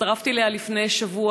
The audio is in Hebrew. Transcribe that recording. שהצטרפתי אליה לפני שבוע.